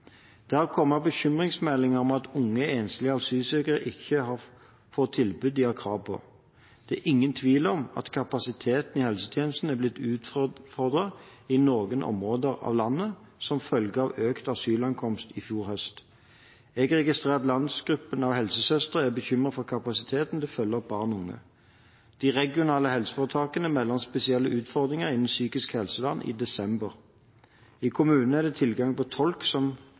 Det har kommet bekymringsmeldinger om at unge enslige asylsøkere ikke får tilbudet de har krav på. Det er ingen tvil om at kapasiteten i helsetjenestene er blitt utfordret i noen områder av landet som følge av økt asylankomst i fjor høst. Jeg registrerer at Landsgruppen av helsesøstre er bekymret for kapasiteten til å følge opp barn og unge. De regionale helseforetakene meldte om spesielle utfordringer innen psykisk helsevern i desember. I kommunene er tilgang på tolk meldt som